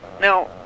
Now